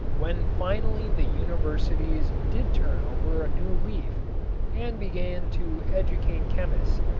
when finally the universities did turn over a new leaf and began to educate chemists,